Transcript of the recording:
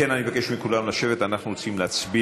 אם כן, אני מבקש מכולם לשבת, אנחנו רוצים להצביע.